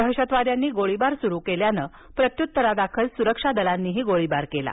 दहशतवाद्यांनी गोळीबार सुरु केल्यानं प्रत्युत्तरादाखल सुरक्षा दलांनीही गोळीबार केला